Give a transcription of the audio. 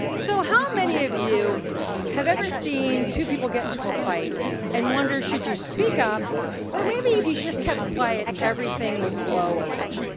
so how many of you have ever seen two people get into a fight and wonder should you speak up or maybe if you just kept quiet, everything would blow over?